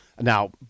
now